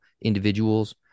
individuals